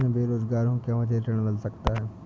मैं बेरोजगार हूँ क्या मुझे ऋण मिल सकता है?